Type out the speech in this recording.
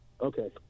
Okay